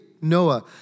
Noah